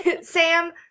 Sam